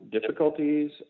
difficulties